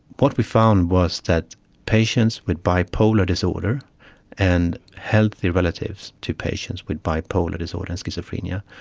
what we found was that patients with bipolar disorder and healthy relatives to patients with bipolar disorder, schizophrenia,